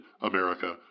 America